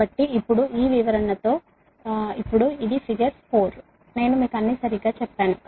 కాబట్టి ఇప్పుడు ఈ వివరణతో ఇప్పుడు ఇది ఫిగర్ 4 నేను మీకు అన్నీ సరిగ్గా చెప్పాను